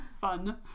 fun